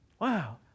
Wow